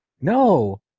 No